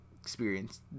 experience